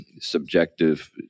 subjective